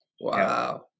wow